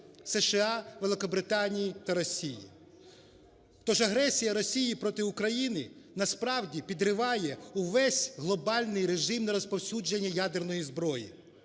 США, Великобританії та Росії. Тож агресія Росії проти України насправді підриває увесь глобальний режим нерозповсюдження ядерної зброї